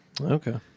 Okay